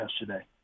yesterday